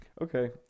Okay